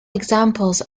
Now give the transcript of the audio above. examples